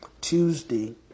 Tuesday